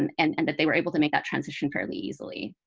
and and and that they were able to make that transition fairly easily.